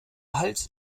hals